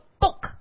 book